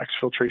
exfiltration